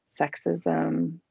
sexism